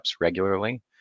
regularly